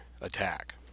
attack